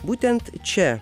būtent čia